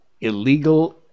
illegal